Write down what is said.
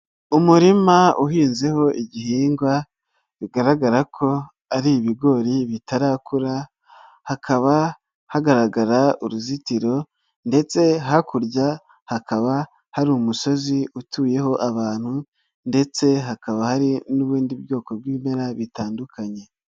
Umurima uhinzeho igihingwa, bigaragara ko ari ibigori bitarakura, hakaba hagaragara uruzitiro ndetse hakurya hakaba hari umusozi utuyeho abantu ndetse hakaba hari n'ubundi bwoko bw'ibimera bitandukanye.